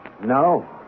No